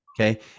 okay